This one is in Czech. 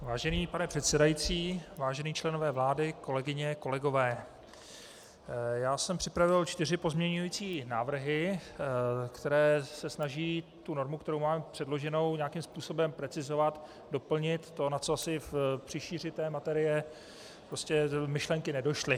Vážený pane předsedající, vážení členové vlády, kolegyně a kolegové, já jsem připravil čtyři pozměňovací návrhy, které se snaží normu, kterou máme předloženu, nějakým způsobem precizovat, doplnit to, na co při šíři té materie prostě myšlenky nedošly.